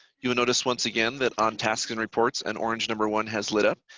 you will notice once again that on task and reports, an orange number one has lit up.